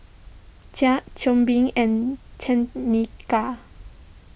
Jax Tobin and Tenika